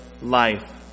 life